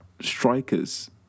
strikers